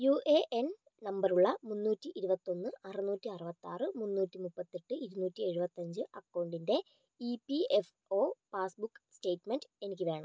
U A N നമ്പറുള്ള മുന്നൂറ്റി ഇരുപത്തൊന്ന് അറുന്നൂറ്റി അറുപത്താറ് മുന്നൂറ്റി മുപ്പത്തെട്ട് ഇരുന്നൂറ്റി എഴുപത്തഞ്ച് അക്കൗണ്ടിൻ്റെ E P F O passbook statement എനിക്ക് വേണം